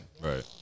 Right